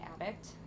addict